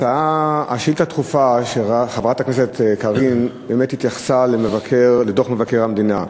השאילתה הדחופה של חברת הכנסת קארין באמת התייחסה לדוח מבקר המדינה.